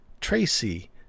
Tracy